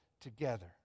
together